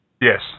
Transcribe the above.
Yes